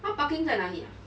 它 parking 在哪里 ah